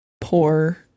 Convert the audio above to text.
poor